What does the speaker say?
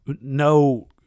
no